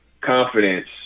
confidence